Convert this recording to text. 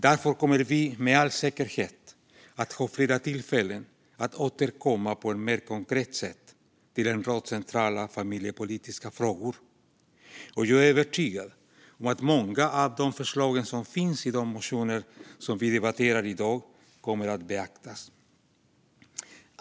Därför kommer vi med all säkerhet att få fler tillfällen att återkomma på ett mer konkret sätt till en rad centrala familjepolitiska frågor, och jag är övertygad om att många av förslagen i de motioner som vi debatterar i dag kommer att beaktas.